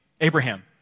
Abraham